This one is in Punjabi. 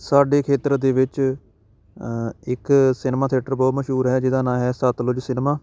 ਸਾਡੇ ਖੇਤਰ ਦੇ ਵਿੱਚ ਇੱਕ ਸਿਨਮਾ ਥੀਏਟਰ ਬਹੁਤ ਮਸ਼ਹੂਰ ਹੈ ਜਿਹਦਾ ਨਾਂ ਹੈ ਸਤਲੁਜ ਸਿਨਮਾ